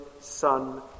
son